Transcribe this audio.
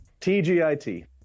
TGIT